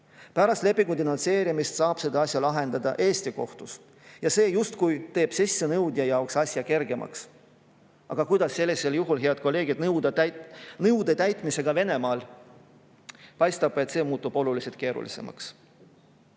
Pärast lepingu denonsseerimist saab seda asja lahendada Eesti kohtus. See teeb selle sissenõudja jaoks justkui kergemaks, aga kuidas on sellisel juhul, head kolleegid, nõude täitmisega Venemaal? Paistab, et see muutub oluliselt keerulisemaks.